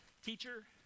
teacher